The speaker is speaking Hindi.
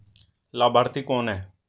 लाभार्थी कौन है?